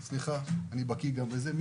גם למפנקים.